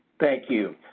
thank you.